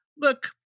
look